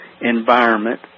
environment